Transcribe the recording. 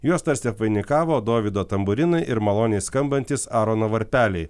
juos tarsi apvainikavo dovydo tamburinai ir maloniai skambantys arono varpeliai